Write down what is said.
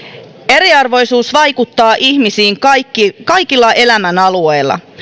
eriarvoisuus vaikuttaa ihmisiin kaikilla elämänalueilla